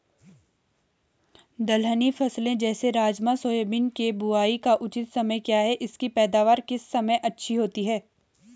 दलहनी फसलें जैसे राजमा सोयाबीन के बुआई का उचित समय क्या है इसकी पैदावार किस समय अच्छी होती है?